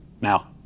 Now